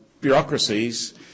bureaucracies